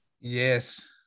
Yes